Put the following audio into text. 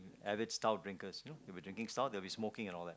adept stout drinkers you know they will be drinking stout they'll be smoking and all that